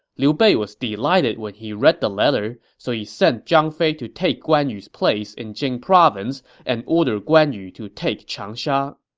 liu bei was delighted when he read the letter, so he sent zhang fei to take guan yu's place in jing province and ordered guan yu to take changsha.